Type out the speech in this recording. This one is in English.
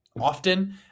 often